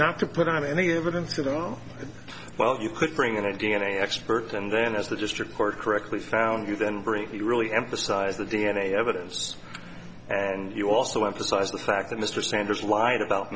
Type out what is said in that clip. got to put on any evidence at all well you could bring in a d n a expert and then as the district court correctly found you then break it really emphasize the d n a evidence and you also emphasize the fact that mr sanders wide about